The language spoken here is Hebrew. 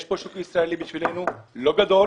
יש פה שוק ישראלי עבורנו, לא גדול